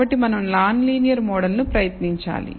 కాబట్టి మనం non linear మోడల్ను ప్రయత్నించాలి